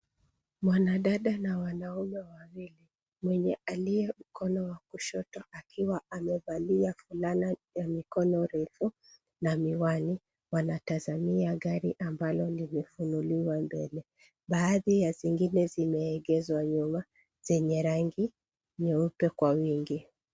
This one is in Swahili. Mwanadada na wanaume wawili mwenye aliye mkono wa kushoto akiwa amevalia fulana ya mikono refu na miwani wanatazamia gari ambalo limefununuliwa mbele. Baadhi ya zingine zimeegezwa nyuma zenye rangi nyeupe kwa wingi.